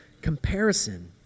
comparison